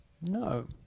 No